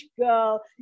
girl